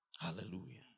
Hallelujah